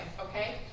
okay